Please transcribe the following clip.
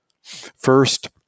First